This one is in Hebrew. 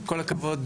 כל הכבוד,